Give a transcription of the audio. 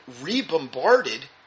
re-bombarded